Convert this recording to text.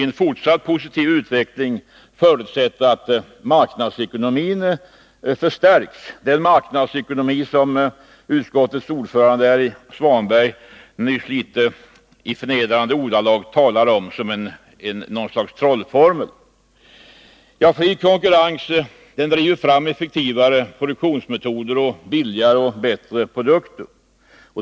En fortsatt positiv utveckling förutsätter att marknadsekonomin stärks — den marknadsekonomi som utskottets ordförande Ingvar Svanberg nyss i litet förnedrande ordalag talar om som något slags trollformel. Fri konkurrens driver fram effektivare produktionsmetoder och billigare och bättre produkter.